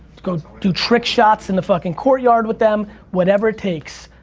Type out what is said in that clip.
go to trick shots in the fucking courtyard with them. whatever it takes.